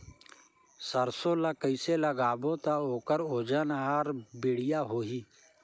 सरसो ला कइसे लगाबो ता ओकर ओजन हर बेडिया होही?